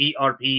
ERP